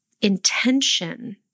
intention